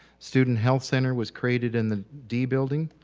student health center was created in the d building.